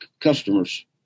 customers